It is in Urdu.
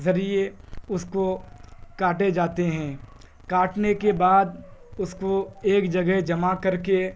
ذریعے اس کو کاٹے جاتے ہیں کاٹنے کے بعد اس کو ایک جگہ جمع کر کے